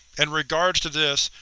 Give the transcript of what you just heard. and regards to this,